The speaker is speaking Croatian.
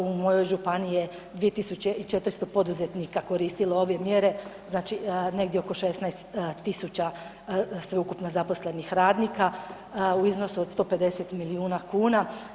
U mojoj županiji je 2400 poduzetnika koristilo ove mjere, znači, negdje oko 16 tisuća sveukupno zaposlenih radnika u iznosu od 150 milijuna kuna.